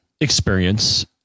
experience